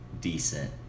decent